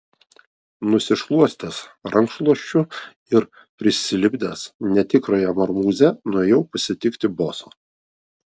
nusišluostęs rankšluosčiu ir prisilipdęs netikrąją marmūzę nuėjau pasitikti boso